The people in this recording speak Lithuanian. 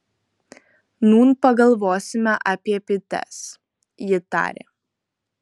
nūn pagalvosime apie bites ji tarė